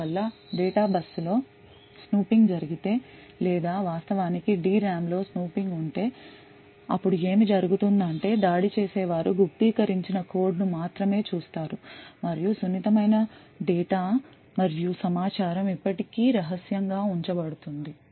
అందువల్ల data bus లో snooping జరిగితే లేదా వాస్తవానికి D RAM లో స్నూపింగ్ ఉంటే అప్పుడు ఏమి జరుగుతుందంటే దాడి చేసే వారు గుప్తీకరించిన కోడ్ను మాత్రమే చూస్తారు మరియు సున్నితమైన డేటా మరియు సమాచారం ఇప్పటి కీ రహస్యం గా ఉంచబడుతుంది